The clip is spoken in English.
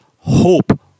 hope